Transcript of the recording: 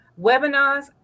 webinars